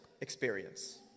experience